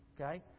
Okay